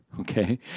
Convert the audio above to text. okay